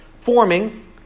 forming